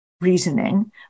reasoning